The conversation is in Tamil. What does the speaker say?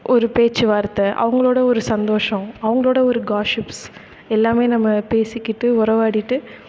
ஒரு பேச்சு வார்த்தை அவங்களோடு ஒரு சந்தோஷம் அவங்களோடு ஒரு காஷிப்ஸ் எல்லாமே நம்ம பேசிக்கிட்டு உறவாடிகிட்டு